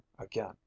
again